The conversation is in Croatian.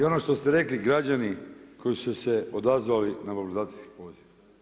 I ono što ste rekli građani koji su se odazvali na mobilizacijski poziv.